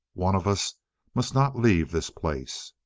one of us must not leave this place!